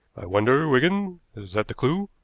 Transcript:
wonder, wigan is that the clew?